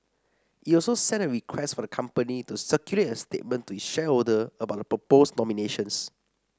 it also sent a request for the company to circulate a statement to its shareholder about the proposed nominations